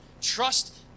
trust